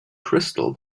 crystal